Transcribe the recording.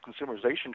consumerization